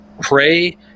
pray